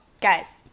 Guys